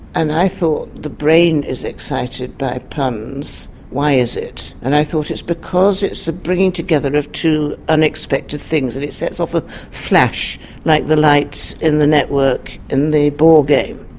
and i thought the brain is excited by puns why is it? and i thought it's because it's the bringing together of two unexpected things and it sets off a flash like the lights in the network in the ball game.